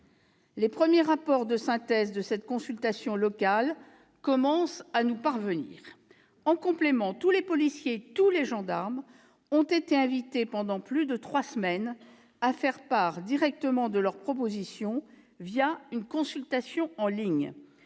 Les premiers rapports de synthèse de cette consultation locale commencent à nous parvenir. En complément, tous les policiers et tous les gendarmes ont été invités, pendant plus de trois semaines, à faire part directement de leurs propositions une consultation en ligne.